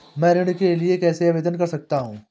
मैं ऋण के लिए कैसे आवेदन कर सकता हूं?